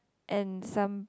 and some